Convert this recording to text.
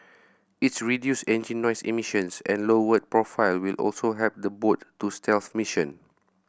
its reduced engine noise emissions and lowered profile will also help the boat to stealth mission